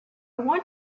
want